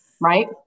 right